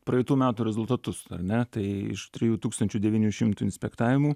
praeitų metų rezultatus ar ne tai iš trijų tūkstančių devynių šimtų inspektavimų